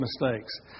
mistakes